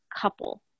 couple